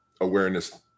awareness